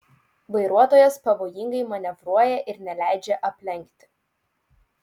vairuotojas pavojingai manevruoja ir neleidžia aplenkti